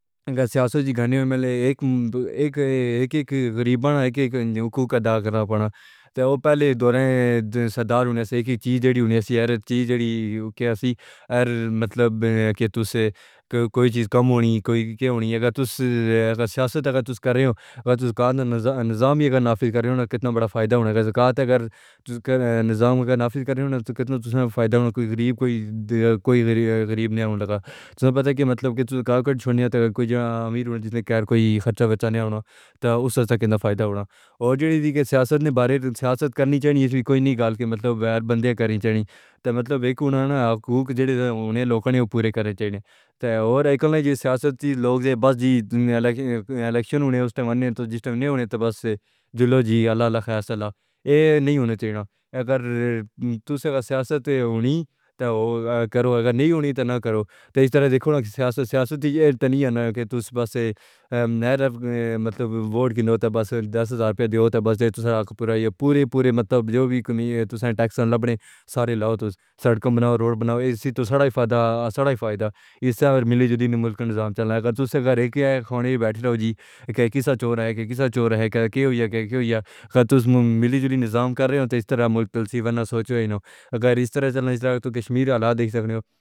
اگر سیاست جی گھنے ہوئے ملے، ایک ایک ایک ایک غریب اور ایک ایک حقوق ادا کرنا پڑے تو پہلے دو رہے صدر ہونے سے ایک ایک چیز دی ہونی چاہیے۔ سی آر ٹی جی ہو کیا سی ار مطلب ہے کہ تجھ سے کوئی چیز کم ہونی ہونی ہونی ہونی اے اگر تجھ سے سیاست کر رہے ہو۔ اگر تجھ سے نہ زامانیں بھی اگر نافذ کریں تو کتنا بڑا فائدہ ہوگا۔ ضیا اللاہ تاکار نظام اگر نافد کریں گے تو کتنا فائدہ ہونا پڑے گا۔ غریب کوئی کوئی غریب نیا لگا تمہیں پتا ہے کہ مطلب ہے کہ جو کارکن ہیں یا امیر ہیں جس نے خیر کوئی خرچہ بچایا نہ ہوا تو اس سے فائدہ ہوگا اور سیاست کے بارے میں سیاست کرنی چاہیے۔ کوئی نہیں کہہ لیتا کہ مطلب وائر بندے کرنی چاہیے نہ مطلب ہیں انھوں نے حقوق ہونے لوکڑی پورے کریں اور ایک نا جب سیاستی لوگ بس الیکشن ہوئے ہوئے ہیں تو اس وقت ہونے تو بس چلو جیت اللہ خیال سے اللہ یہ نہیں ہونا چاہیے اگر تجھ سے سیاست ہونی ہے تو وہ کرو اگر نہیں ہونی چاہیے تو نہ کرو تو اس طرح دیکھو سیاست سیاست نہیں ہے کہ تو بس مطلب ووٹ کے لیے بس دس ہزار روپے دیو تے بس بس یہ تمام راہ پوری ہے پوری پوری مطلب جو بھی کمی ہے ٹیکس لے لو سارے لو سڑکوں پر نا رو بناؤ اسی تو سارا فائدہ سارا فائدہ ہے۔ ملی جولی ملک کا نظام چلائے گا تو غرق ہونے بھی ہو گی کہ کسی چور ہے یا کسی چور ہے کہیں ہویا کہیں کہی ہویا۔ اگر ملی جولی نظام کر رہے ہو تو اس طرح ملک پہ سی سی بناسوچو نا سوچو اگر اس طرح سے رہے تو کشمیر کی حالت دیکھ سکتے ہو